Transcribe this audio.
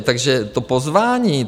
Takže to pozvání...